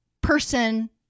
person